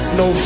no